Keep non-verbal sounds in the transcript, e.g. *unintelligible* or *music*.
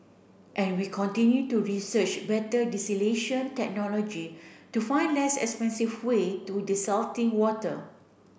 and we continue to research better *unintelligible* technology to find less expensive way to desalting water